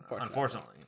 unfortunately